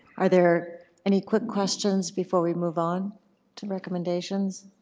are there any quick questions before we move on to recommendations?